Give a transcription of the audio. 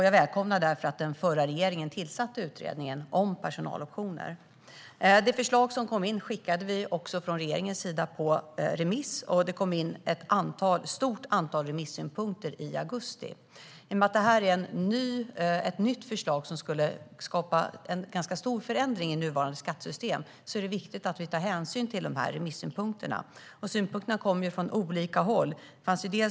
Jag välkomnar därför att den förra regeringen tillsatte utredningen om personaloptioner. Det förslag som kom in skickade regeringen på remiss, och det kom in ett stort antal remissynpunkter i augusti. I och med att det här är ett nytt förslag som skulle skapa en ganska stor förändring i nuvarande skattesystem är det viktigt att vi tar hänsyn till de remissynpunkterna. Synpunkterna kommer från olika håll.